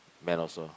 men also